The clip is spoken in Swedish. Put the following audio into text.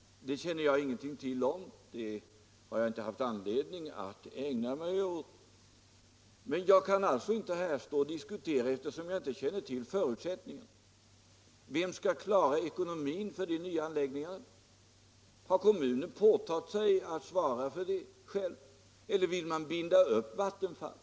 Det känner jag inte till någonting om, jag har inte haft anledning att ägna mig åt detta. Men jag kan inte stå här och diskutera eftersom jag inte känner till förutsättningarna. Vem skall klara ekonomin för de nya anläggningarna? Har kommunerna påtagit sig att själva svara för den eller vill man binda upp Vattenfall?